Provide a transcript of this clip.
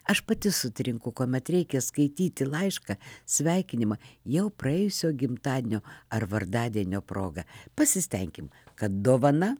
aš pati sutrinku kuomet reikia skaityti laišką sveikinimą jau praėjusio gimtadienio ar vardadienio proga pasistenkim kad dovana